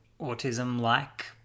autism-like